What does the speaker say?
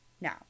Now